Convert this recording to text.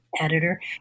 editor